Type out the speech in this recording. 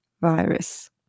virus